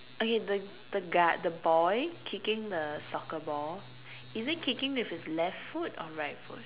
okay the the guard the boy kicking the soccer ball is he kicking with his left foot or right foot